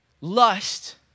lust